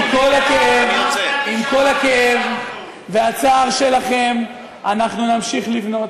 יש אנשים שברגעים האלה עיניהם דומעות,